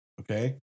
Okay